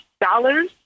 dollars